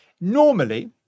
normally